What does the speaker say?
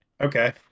Okay